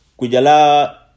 Kujala